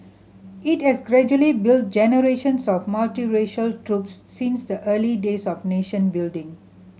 it has gradually built generations of multiracial troops since the early days of nation building